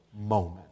moment